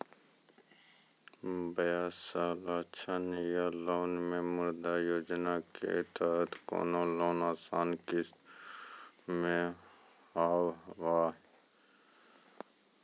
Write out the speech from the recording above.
व्यवसाय ला ऋण या लोन मे मुद्रा योजना के तहत कोनो लोन आसान किस्त मे हाव हाय?